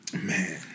Man